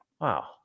wow